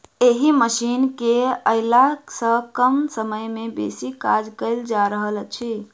एहि मशीन केअयला सॅ कम समय मे बेसी काज कयल जा रहल अछि